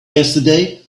yesterday